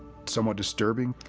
somewhat disturbing.